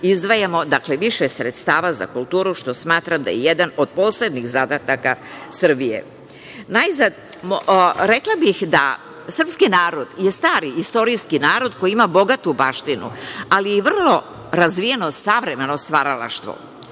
izdvajamo više sredstava za kulturu, što smatram da je jedan od posebnih zadataka Srbije. Najzad, rekla bih da je srpski narod stari istorijski narod koji ima bogatu baštinu, ali i vrlo razvijeno savremeno stvaralaštvo.